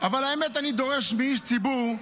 אבל האמת, אני דורש מאיש ציבור,